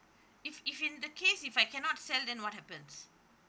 if if in the case if I cannot sell then what happens